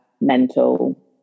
mental